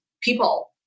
people